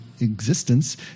existence